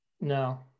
No